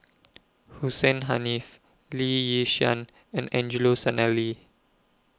Hussein Haniff Lee Yi Shyan and Angelo Sanelli